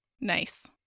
Nice